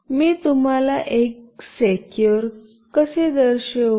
मी तुम्हाला एक सेक्युर कसे दर्शवू